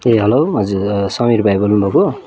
ए hello हजुर समीर भाइ बोल्नुभएको हो